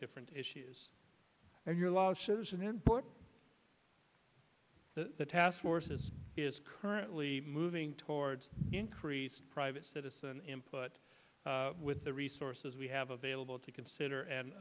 different issues and your losses and then the task force is currently moving towards increased private citizen input with the resources we have available to consider and